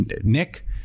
Nick